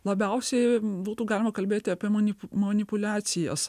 labiausiai būtų galima kalbėti apie manipu manipuliacijas